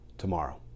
tomorrow